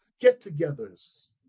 get-togethers